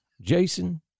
Jason